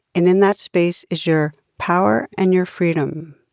and in that space is your power and your freedom.